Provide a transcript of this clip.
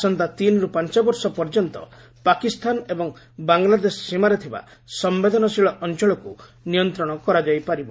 ଆସନ୍ତା ତିନିରୁ ପାଞ୍ଚ ବର୍ଷ ପର୍ଯ୍ୟନ୍ତ ପାକିସ୍ତାନ ଏବଂ ବାଙ୍ଗଲାଦେଶ ସୀମାରେ ଥିବା ସମ୍ଭେଦନଶୀଳ ଅଞ୍ଚଳକୁ ନିୟନ୍ତ୍ରଣ କରାଯାଇ ପାରିବ